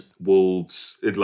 Wolves